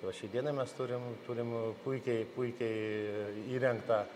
va šiai dienai mes turim turim puikiai puikiai įrengtą